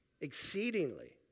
exceedingly